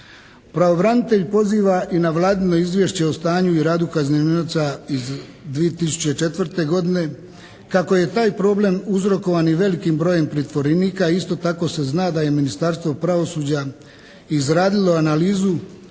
Pravobranitelj poziva i na Vladino izvješće o stanju i radu kaznionica iz 2004. godine. Kako je taj problem uzrokovan i velikim brojem pritvorenika isto tako se zna da je Ministarstvo pravosuđa izradilo analizu